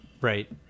Right